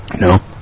No